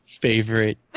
favorite